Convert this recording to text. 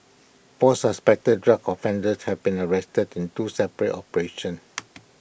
four suspected drug offenders have been arrested in two separate operations